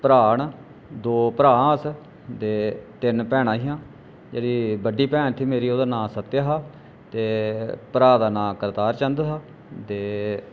भ्राऽ न दो भ्राऽ अस ते तिन्न भैना हियां जेह्ड़ी बड्डी भैन ही मेरी ओह्दा ना सत्या हा ते भ्राऽ दा ना करतार चंद हा ते